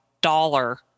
dollar